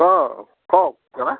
অঁ কওক দাদা